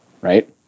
right